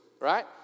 right